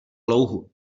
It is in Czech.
louhu